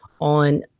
on